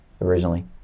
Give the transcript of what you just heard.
originally